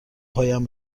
پایم